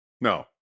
no